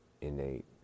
innate